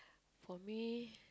for me